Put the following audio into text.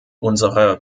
unserer